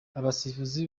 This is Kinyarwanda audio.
abasifuzi